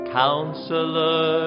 counselor